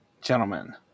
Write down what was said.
gentlemen